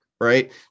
right